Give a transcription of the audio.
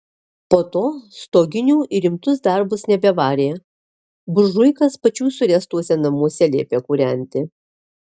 po to stoginių į rimtus darbus nebevarė buržuikas pačių suręstuose namuose liepė kūrenti